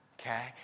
Okay